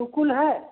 सुकुल है